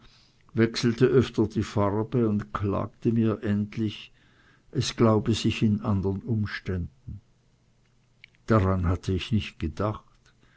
wechselte öfters die farbe und klagte mir endlich es glaube sich in andern umständen daran hatte ich nicht gedacht